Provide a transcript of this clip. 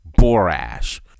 Borash